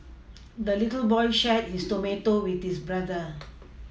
the little boy shared his tomato with his brother